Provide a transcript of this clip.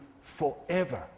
forever